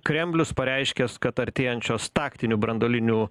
kremlius pareiškęs kad artėjančios taktinių branduolinių